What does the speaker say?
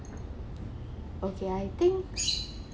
okay I think